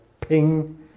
ping